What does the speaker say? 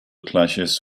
clashes